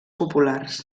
populars